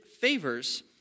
favors